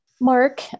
Mark